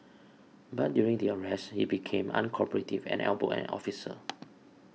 but during the arrest he became uncooperative and elbowed an officer